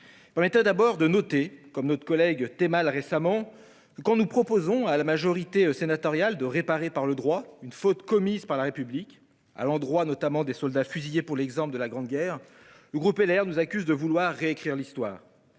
Permettez-moi d'abord de relever, comme l'a fait notre collègue Temal récemment, que lorsque nous proposons à la majorité sénatoriale de réparer par le droit une faute commise par la République, à l'endroit notamment des soldats fusillés pour l'exemple de la Grande Guerre, le groupe Les Républicains nous accuse de vouloir réécrire l'histoire